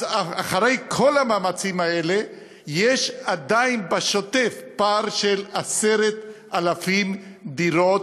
אז אחרי כל המאמצים האלה יש עדיין בשוטף פער של 10,000 דירות,